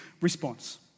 response